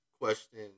question